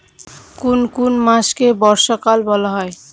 কোন কোন মাসকে বর্ষাকাল বলা হয়?